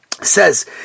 says